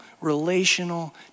relational